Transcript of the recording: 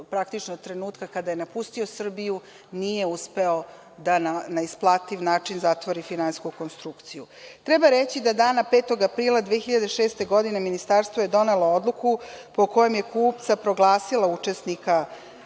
do trenutka kada je napustio Srbiju, nije uspeo da na isplativ način zatvori finansijsku konstrukciju. Treba reći da dana 5. aprila 2006. godine Ministarstvo je donelo odluku po kojom je kupca proglasilo učesnika